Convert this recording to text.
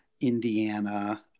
Indiana